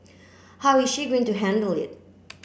how is she going to handle it